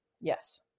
Yes